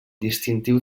distintiu